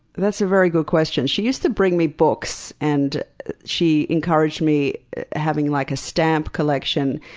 that's a very good question. she used to bring me books, and she encouraged me having like a stamp collection.